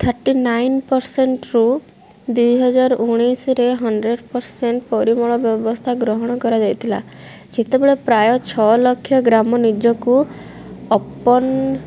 thirty nine ପରସେଣ୍ଟ୍ରୁ ଦୁଇହଜାର ଉଣେଇଶରେ ହଣ୍ଡ୍ରେଡ଼୍ ପରସେଣ୍ଟ୍ ପରିମଳ ବ୍ୟବସ୍ଥା ଗ୍ରହଣ କରାଯାଇଥିଲା ଯେତେବେଳେ ପ୍ରାୟ ଛଅ ଲକ୍ଷ ଗ୍ରାମ ନିଜକୁ ଓପେନ୍